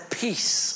peace